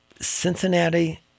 Cincinnati